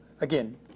again